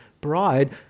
bride